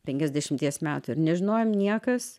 penkiasdešimties metų ir nežinojom niekas